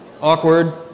Awkward